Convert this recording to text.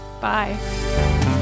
Bye